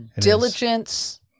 Diligence